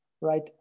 right